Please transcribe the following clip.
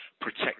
protect